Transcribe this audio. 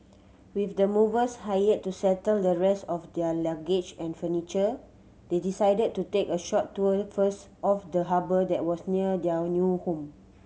with the movers hired to settle the rest of their luggage and furniture they decided to take a short tour first of the harbour that was near their new home